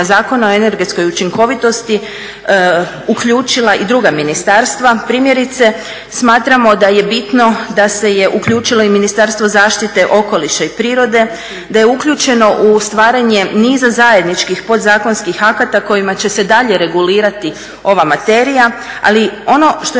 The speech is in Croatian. Zakona o energetskoj učinkovitosti uključila i druga ministarstva. Primjerice smatramo da je bitno da se je uključilo i Ministarstvo zaštite okoliša i prirode, da je uključeno u stvaranje niza zajedničkih podzakonskih akata kojima će se dalje regulirati ova materija. Ali ono što